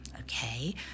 Okay